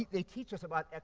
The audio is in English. they teach us about